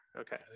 Okay